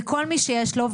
זה כל מי שיש לו,